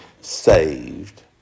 saved